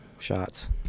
shots